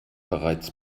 bereits